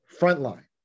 frontline